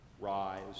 rise